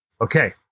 Okay